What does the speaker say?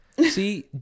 See